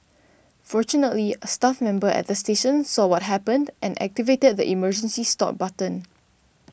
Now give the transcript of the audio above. fortunately a staff member at the station saw what happened and activated the emergency stop button